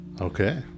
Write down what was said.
Okay